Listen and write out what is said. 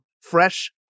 fresh